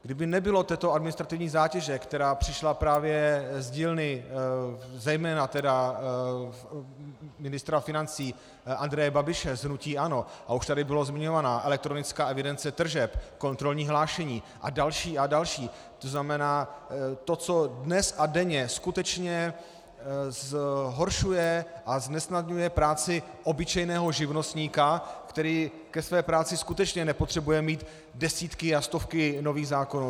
Kdyby nebylo této administrativní zátěže, která přišla právě z dílny zejména tedy ministra financí Andreje Babiše z hnutí ANO, a už tady byla zmiňována elektronická evidence tržeb, kontrolní hlášení a další a další, to znamená to, co dnes a denně skutečně zhoršuje a znesnadňuje práci obyčejného živnostníka, který ke své práci skutečně nepotřebuje mít desítky a stovky nových zákonů.